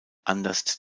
anders